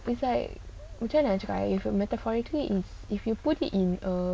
it's like macam mana nak cakap eh if metaphorically is if you put it in a